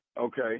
Okay